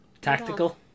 Tactical